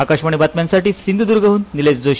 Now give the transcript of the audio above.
आकाशवाणी बातम्यांसाठी सिंधुद्गहन निलेश जोशी